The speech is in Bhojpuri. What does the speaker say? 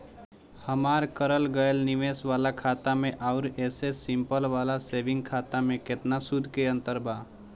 हमार करल गएल निवेश वाला खाता मे आउर ऐसे सिंपल वाला सेविंग खाता मे केतना सूद के अंतर बा?